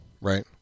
right